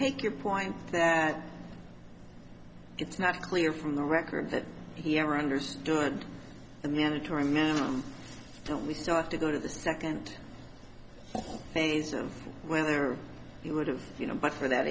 take your point that it's not clear from the record that he ever understood the mandatory minimum that we still have to go to the second thing is whether he would have you know but for that